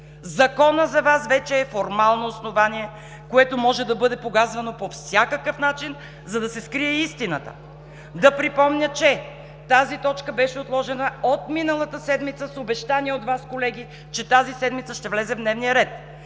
Законът за Вас вече е формално основание, което може да бъде погазвано по всякакъв начин, за да се скрие истината! Да припомня, че тази точка беше отложена от миналата седмица с обещание от Вас, колеги, че тази седмица ще влезе в дневния ред.